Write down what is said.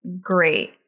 Great